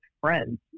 friends